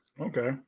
Okay